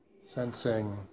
sensing